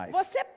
você